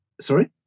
Sorry